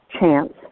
Chance